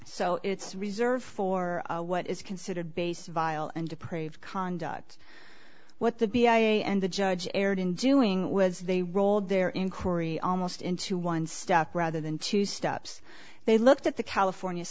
so it's reserved for what is considered base vile and dupr of conduct what the b i a and the judge erred in doing was they rolled their inquiry almost into one step rather than two steps they looked at the california